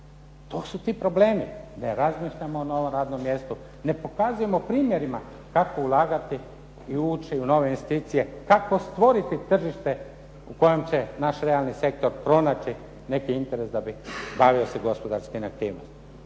To su ti problemi. Ne razmišljamo o novom radnom mjestu, ne pokazujemo primjerima kako ulagati i ući u nove investicije, kako stvoriti tržište u kojem će naš realni sektor pronaći neki interes da bi bavio se gospodarskim aktivnostima.